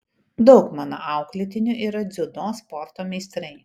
daug mano auklėtinių yra dziudo sporto meistrai